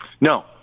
No